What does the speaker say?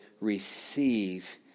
receive